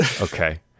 okay